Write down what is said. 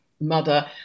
mother